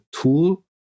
tool